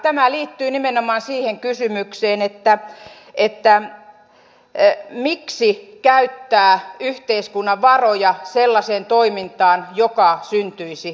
tämä liittyy nimenomaan siihen kysymykseen että miksi käyttää yhteiskunnan varoja sellaiseen toimintaan joka syntyisi muutenkin